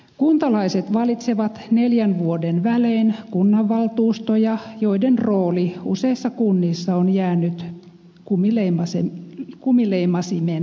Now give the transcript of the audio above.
kuntalaiset valitsevat neljän vuoden välein kunnanvaltuustoja joiden rooli useissa kunnissa on jäänyt kumileimasimen tasolle